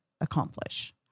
accomplish